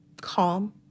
calm